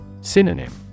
synonym